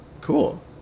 Cool